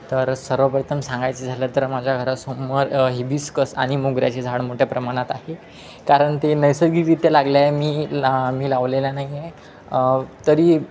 तर सर्वप्रथम सांगायचं झालं तर माझ्या घरासमोर हिबीस्कस आणि मोगऱ्याची झाड मोठ्या प्रमाणात आहे कारण ते नैसर्गिकरीत्या लागले आहे मी ला मी लावलेला नाही आहे तरी